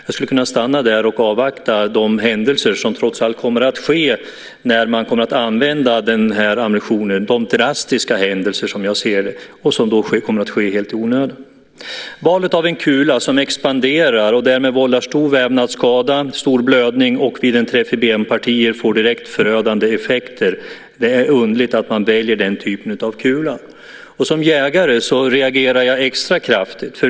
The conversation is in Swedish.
Jag skulle kunna stanna där och i stället avvakta de drastiska händelser som kommer att inträffa när den här ammunitionen används. Det är något som kommer att ske helt i onödan. Valet av en kula som expanderar och därmed vållar stor vävnadsskada, kraftig blödning och vid en träff i benpartier får direkt förödande effekter är underligt. Som jägare reagerar jag extra kraftigt.